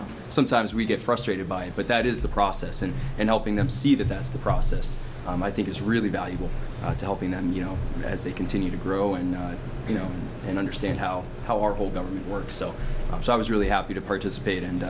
know sometimes we get frustrated by it but that is the process and and helping them see that that's the process i think is really valuable to helping and you know as they continue to grow and you know and understand how our whole government works so i was really happy to participate and